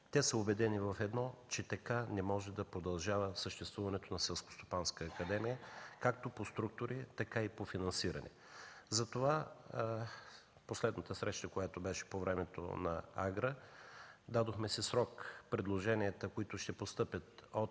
Те са убедени в едно – че така не може да продължава съществуването на Селскостопанската академия както по структури, така и по финансиране. Затова последната среща, която беше по времето на „Агра”, си дадохме срок предложенията, които ще постъпят от